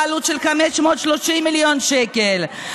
בעלות של 530 מיליון שקל,